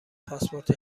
پاسپورت